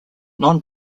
non